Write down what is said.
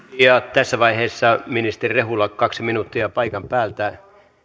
tässä vaiheessa ministeri rehula kaksi minuuttia paikan päältä